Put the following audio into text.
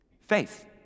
Faith